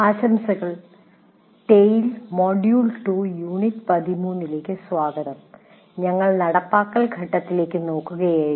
ആശംസകൾ TALE module 2 unit 13 ലേക്ക് സ്വാഗതം ഞങ്ങൾ നടപ്പാക്കൽ ഘട്ടത്തിലേക്ക് നോക്കുകയായിരുന്നു